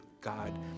God